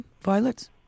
violets